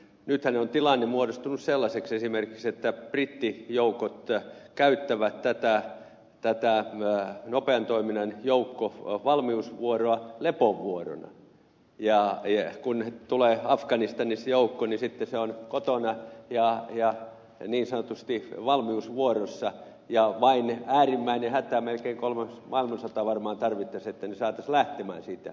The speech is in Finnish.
nythän on tilanne muodostunut sellaiseksi esimerkiksi että brittijoukot käyttävät nopean toiminnan joukkovalmiusvuoroa lepovuorona ja kun tulee afganistanista joukko niin sitten se on kotona ja niin sanotusti valmiusvuorossa ja vain äärimmäinen hätä melkein kolmas maailmansota varmaan tarvittaisiin että ne saataisiin lähtemään sieltä